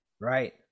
Right